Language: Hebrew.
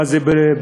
מה זה פריימריז,